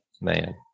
Man